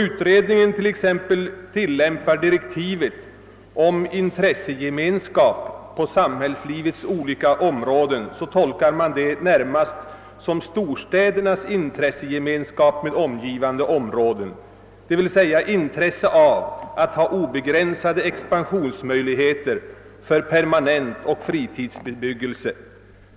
Utredningen tolkar t.ex. direktivet »om intressegemenskap på sambhällslivets olika områden» närmast som om det gällde storstädernas intressegemenskap med omgivande områden, d. v. s. deras intresse av att ha obegränsade expansionsmöjligheter för permanentoch fritidsbebyggelse